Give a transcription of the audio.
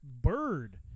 Bird